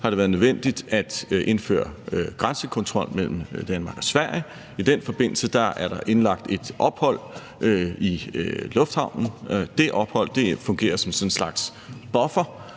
har været nødvendigt at indføre grænsekontrol mellem Danmark og Sverige. I den forbindelse er der indlagt et ophold i lufthavnen. Det ophold fungerer som sådan en slags buffer,